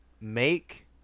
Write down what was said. make